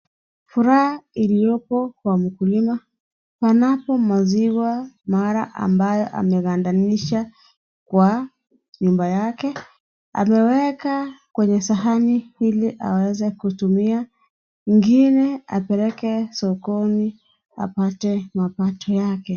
Furaha iliyopo kwa mkulima panapo maziwa mala ambayo amegandanisha kwa nyumba yake , ameweka kwenye sahani ili aweze kutumia , ingine apeleke sokoni apate mapato yake.